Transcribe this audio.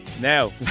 Now